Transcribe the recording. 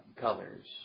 colors